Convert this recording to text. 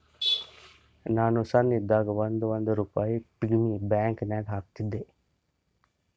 ನಾನು ಸಣ್ಣವ್ ಇದ್ದಾಗ್ ಒಂದ್ ಒಂದ್ ರುಪಾಯಿ ಪಿಗ್ಗಿ ಬ್ಯಾಂಕನಾಗ್ ಹಾಕ್ತಿದ್ದೆ